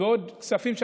ועוד כספים,